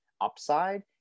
upside